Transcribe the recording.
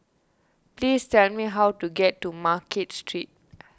please tell me how to get to Market Street